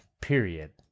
Period